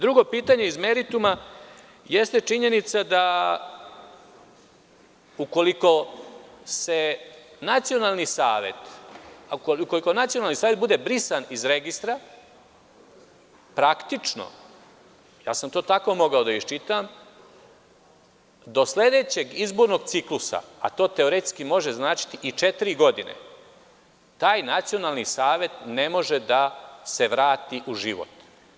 Drugo pitanje iz meritumajeste činjenica da, ukoliko se nacionalni savet bude brisan iz registra, to sam tako mogao da iščitam, do sledećeg izbornog ciklusa, a to teoretski može značiti i četiri godine, taj nacionalni savet ne može da se vrati u život.